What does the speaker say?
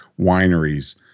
wineries